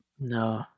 No